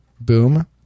boom